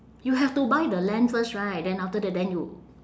you have to buy the land first right then after then you